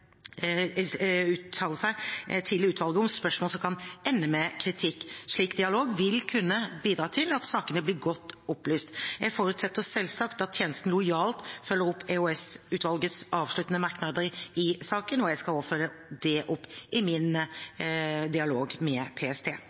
dialog vil kunne bidra til at sakene blir godt opplyst. Jeg forutsetter selvsagt at tjenesten lojalt følger opp EOS-utvalgets avsluttende merknader i saken. Jeg skal også følge det opp i min dialog med PST.